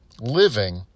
Living